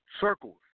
Circles